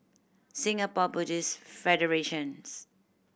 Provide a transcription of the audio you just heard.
Singapore Buddhist Federations